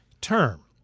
term